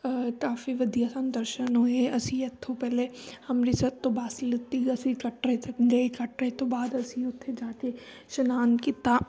ਕਾਫੀ ਵਧੀਆ ਸਾਨੂੰ ਦਰਸ਼ਨ ਹੋਏ ਅਸੀਂ ਇੱਥੋਂ ਪਹਿਲੇ ਅੰਮ੍ਰਿਤਸਰ ਤੋਂ ਬੱਸ ਲਿਤੀ ਅਸੀਂ ਕੱਟਰੇ ਤੱਕ ਗਏ ਕੱਟਰੇ ਤੋਂ ਬਾਅਦ ਅਸੀਂ ਉੱਥੇ ਜਾ ਕੇ ਇਸ਼ਨਾਨ ਕੀਤਾ